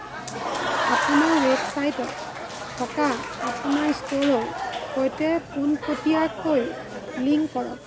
আপোনাৰ ৱেবচাইটত থকা আপোনাৰ ষ্ট'ৰৰ সৈতে পোনপটীয়াকৈ লিংক কৰক